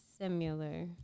similar